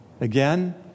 Again